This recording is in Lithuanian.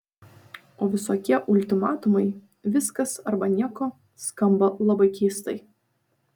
o visokie ultimatumai viskas arba nieko skamba labai keistai